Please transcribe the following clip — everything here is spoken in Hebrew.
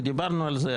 ודיברנו על זה,